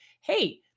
hey